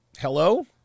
Hello